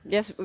Yes